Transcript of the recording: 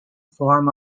form